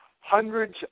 Hundreds